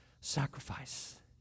sacrifice